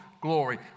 glory